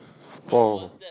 four